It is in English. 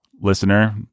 listener